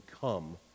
come